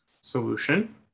solution